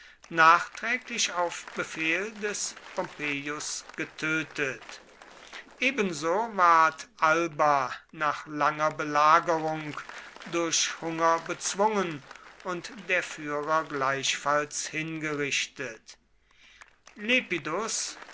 nachträglich auf befehl des pompeius getötet ebenso ward alba nach langer belagerung durch hunger bezwungen und der führer gleichfalls hingerichtet